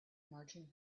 marching